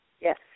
Yes